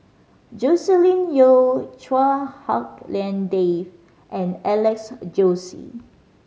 Joscelin Yeo Chua Hak Lien Dave and Alex Josey